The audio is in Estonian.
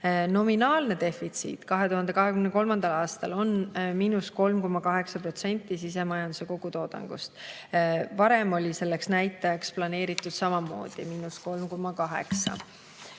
Nominaalne defitsiit 2023. aastal on –3,8% sisemajanduse kogutoodangust, varem oli selleks näitajaks planeeritud samamoodi –3,8%.